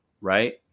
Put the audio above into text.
right